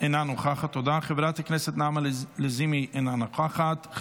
חברת הכנסת נעמה לזימי, אינה נוכחת,